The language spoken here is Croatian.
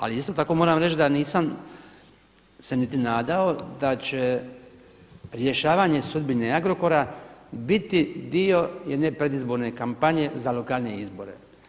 Ali isto tako moram reći da nisam se niti nadao da će rješavanje sudbine Agrokora biti dio jedne predizborne kampanje za lokalne izbore.